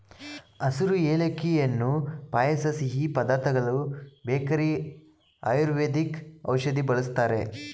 ಹಸಿರು ಏಲಕ್ಕಿಯನ್ನು ಪಾಯಸ ಸಿಹಿ ಪದಾರ್ಥಗಳು ಬೇಕರಿ ಆಯುರ್ವೇದಿಕ್ ಔಷಧಿ ಬಳ್ಸತ್ತರೆ